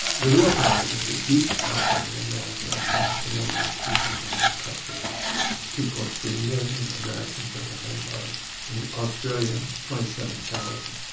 the real problem, is the deep problem in america about the number of people that are incarcerated two. three million americans are behind bars, in australia it's twenty seven thousand.